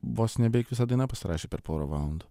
vos nebeveik visa daina pasirašė per porą valandų